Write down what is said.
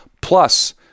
plus